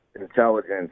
intelligence